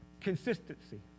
Consistency